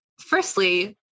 firstly